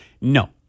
No